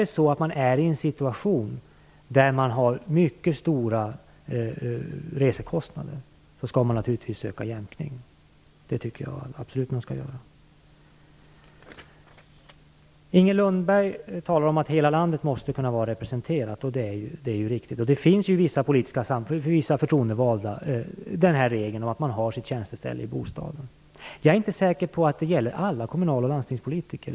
Men om man befinner sig i en situation där man har mycket stora resekostnader skall man naturligtvis söka jämkning. Det tycker jag absolut att man skall göra. Inger Lundberg talar om att hela landet måste kunna vara representerat, och det är ju riktigt. För vissa förtroendevalda finns ju den här regeln om att man har sitt tjänsteställe i bostaden. Jag är inte säker på att det gäller alla kommunal och landstingspolitiker.